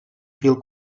fil